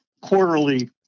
quarterly